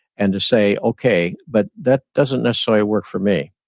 and to say, okay, but that doesn't necessarily work for me.